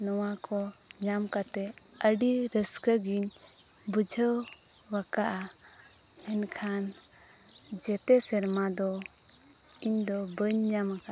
ᱱᱚᱣᱟ ᱠᱚ ᱧᱟᱢ ᱠᱟᱛᱮ ᱟᱹᱰᱤ ᱨᱟᱹᱥᱠᱟᱹᱜᱤᱧ ᱵᱩᱡᱷᱟᱹᱣ ᱟᱠᱟᱫᱟ ᱢᱮᱱᱠᱷᱟᱱ ᱡᱚᱛᱚ ᱥᱮᱨᱢᱟ ᱫᱚ ᱤᱧᱫᱚ ᱵᱟᱹᱧ ᱧᱟᱢ ᱟᱠᱟᱜᱼᱟ